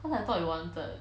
cause I thought you wanted